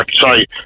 sorry